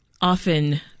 Often